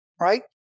right